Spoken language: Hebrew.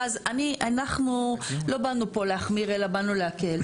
רז, אנחנו לא באנו פה להחמיר, אלא באנו להקל.